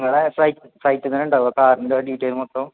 നിങ്ങളെ സൈറ്റ് സൈറ്റിൽ തന്നെ ഉണ്ടാവുമോ കാറിൻ്റെ ഡീറ്റെയിൽ മൊത്തം